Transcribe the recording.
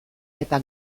eta